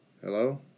Hello